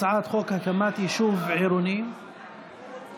הצעת חוק הקמת יישוב עירוני חדש.